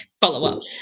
follow-up